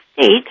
state